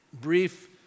brief